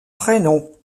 prénom